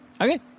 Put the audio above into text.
Okay